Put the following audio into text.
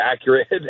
accurate